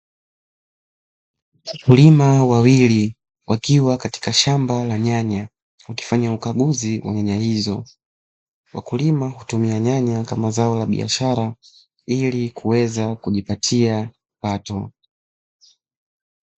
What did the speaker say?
Wakulima wawili wakiwa katika shamba la nyanya, wakifanya ukaguzi wa nyanya hizo. Wakulima hutumia nyanya kama zao la biashara ili kuweza kujipatia kipato.